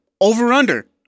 over-under